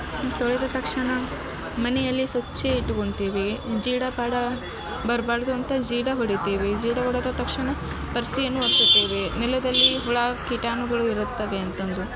ತೊಳೆದ ತಕ್ಷಣ ಮನೆಯಲ್ಲಿ ಸ್ವಚ್ಛ ಇಟ್ಕೊತೇವೆ ಜೇಡ ಪಾಡ ಬರಬಾರ್ದು ಅಂತ ಜೇಡ ಹೊಡಿತೇವೆ ಜೇಡ ಹೊಡೆದ ತಕ್ಷಣ ಪರ್ಸಿಯನ್ನು ಒರೆಸುತ್ತೇವೆ ನೆಲದಲ್ಲಿ ಹುಳ ಕೀಟಾಣುಗಳು ಇರುತ್ತವೆ ಅಂತಂದು